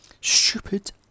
Stupid